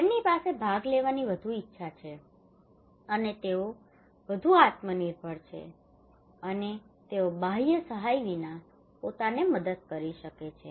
તેમની પાસે ભાગ લેવાની વધુ ઇચ્છા છે અને તેઓ વધુ આત્મનિર્ભર છે અને તેઓ બાહ્ય સહાય વિના પોતાને મદદ કરી શકે છે